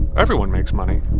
everyone makes money.